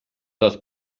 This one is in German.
das